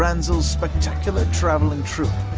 dranzel's spectacular traveling troupe,